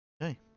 Okay